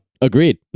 agreed